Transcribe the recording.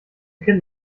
kind